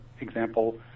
example